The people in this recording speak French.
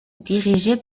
dirigé